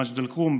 במג'ד אל-כרום,